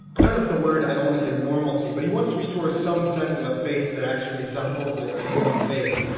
i don't know if the word, i don't want to say normalcy, but he wants to restore some sense of a face that actually resembles a a human face.